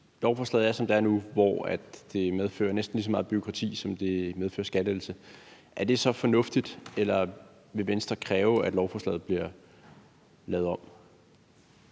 lovforslaget er, som det er nu, hvor det medfører næsten lige så meget bureaukrati, som det medfører skattelettelse? Er det så fornuftigt, eller vil Venstre kræve, at lovforslaget bliver lavet om?